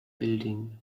building